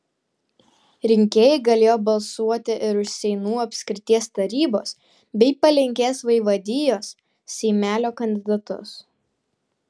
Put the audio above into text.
rinkėjai galėjo balsuoti ir už seinų apskrities tarybos bei palenkės vaivadijos seimelio kandidatus